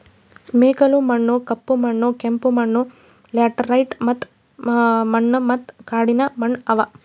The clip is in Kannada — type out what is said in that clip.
ಮೆಕ್ಕಲು ಮಣ್ಣ, ಕಪ್ಪು ಮಣ್ಣ, ಕೆಂಪು ಮಣ್ಣ, ಲ್ಯಾಟರೈಟ್ ಮಣ್ಣ ಮತ್ತ ಕಾಡಿನ ಮಣ್ಣ ಅವಾ